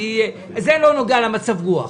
זה לא נוגע למצב רוח.